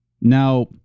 Now